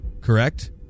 Correct